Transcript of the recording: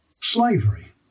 Slavery